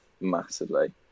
massively